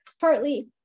partly